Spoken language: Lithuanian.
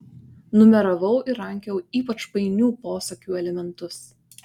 numeravau ir rankiojau ypač painių posakių elementus